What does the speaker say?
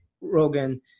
Rogan